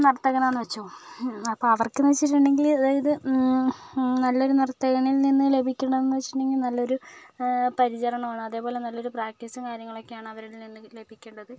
നർത്തകനാണെന്ന് വെച്ചോ അപ്പോൾ അവർക്കെന്ന് വെച്ചിട്ടുണ്ടെങ്കിൽ അതായത് നല്ലൊരു നർത്തകനിൽ നിന്ന് ലഭിക്കണമെന്ന് വെച്ചിട്ടുണ്ടെങ്കിൽ നല്ലൊരു പരിചരണമാണ് അതേപോലെ നല്ലൊരു പ്രാക്ടീസും കാര്യങ്ങളും ഒക്കെയാണ് അവരിൽ നിന്നും ലഭിക്കേണ്ടത്